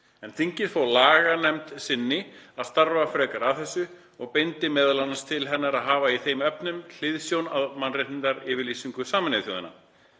en þingið fól laganefnd sinni að starfa frekar að þessu og beindi meðal annars til hennar að hafa í þeim efnum hliðsjón af mannréttindayfirlýsingu Sameinuðu þjóðanna.